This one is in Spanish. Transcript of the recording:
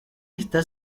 está